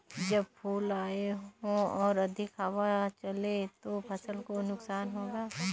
जब फूल आए हों और अधिक हवा चले तो फसल को नुकसान होगा?